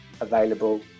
available